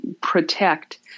protect